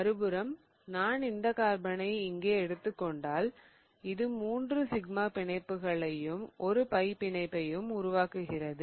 மறுபுறம் நான் இந்த கார்பனை இங்கே எடுத்துக் கொண்டால் இது மூன்று சிக்மா பிணைப்புகளையும் ஒரு பை பிணைப்பையும் உருவாக்குகிறது